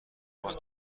نوبت